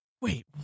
wait